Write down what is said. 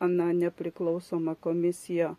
ana nepriklausoma komisija